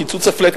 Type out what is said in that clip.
קיצוץ ה-flat,